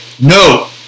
No